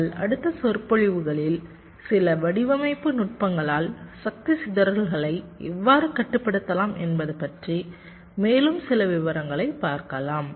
எங்கள் அடுத்த சொற்பொழிவுகளில் சில வடிவமைப்பு நுட்பங்களால் சக்தி சிதறல்களை எவ்வாறு கட்டுப்படுத்தலாம் என்பது பற்றி மேலும் சில விவரங்களை பார்க்கலாம்